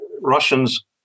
Russians